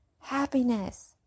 happiness